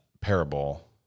parable